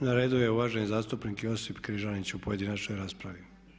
Na redu je uvaženi zastupnik Josip Križanić u pojedinačnoj raspravi.